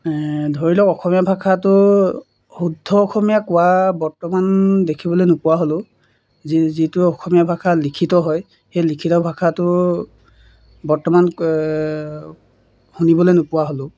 ধৰি লওক অসমীয়া ভাষাটো শুদ্ধ অসমীয়া কোৱা বৰ্তমান দেখিবলৈ নোপোৱা হ'লোঁ যি যিটো অসমীয়া ভাষা লিখিত হয় সেই লিখিত ভাষাটো বৰ্তমান শুনিবলৈ নোপোৱা হ'লোঁ